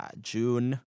June